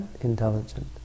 intelligent